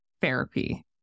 therapy